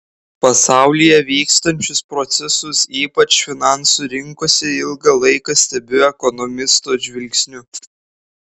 pasaulyje vykstančius procesus ypač finansų rinkose ilgą laiką stebiu ekonomisto žvilgsniu